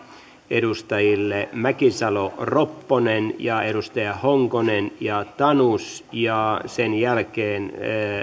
edustajille mäkisalo ropponen honkonen ja tanus ja sen jälkeen